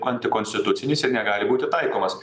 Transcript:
antikonstitucinis ir negali būti taikomas